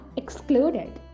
excluded